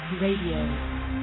Radio